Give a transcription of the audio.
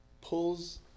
pulls